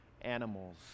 animals